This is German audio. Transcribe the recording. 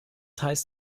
heißt